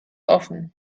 offen